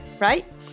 right